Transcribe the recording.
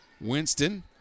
Winston